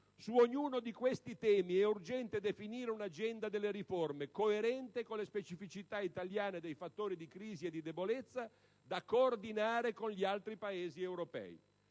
Su ognuno di questi temi, è urgente definire un'agenda delle riforme, coerente con le specificità italiane dei fattori di crisi e di debolezza, da coordinare con gli altri Paesi europei.